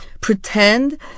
pretend